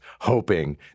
hoping